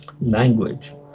language